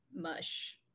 mush